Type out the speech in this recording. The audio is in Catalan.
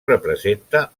representa